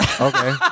Okay